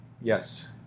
yes